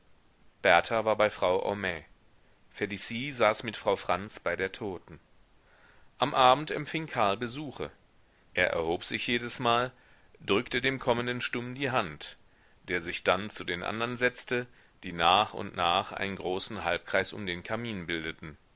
berta war bei frau homais felicie saß mit frau franz bei der toten am abend empfing karl besuche er erhob sich jedesmal drückte dem kommenden stumm die hand der sich dann zu den andern setzte die nach und nach einen großen halbkreis um den kamin bildeten